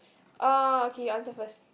uh okay you answer first